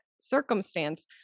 circumstance